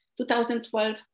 2012